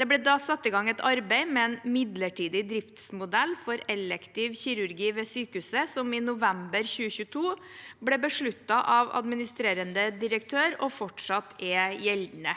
Det ble da satt i gang et arbeid med en midlertidig driftsmodell for elektiv kirurgi ved sykehuset, noe som i november 2022 ble besluttet av administrerende direktør og fortsatt er gjeldende.